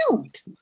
cute